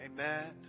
Amen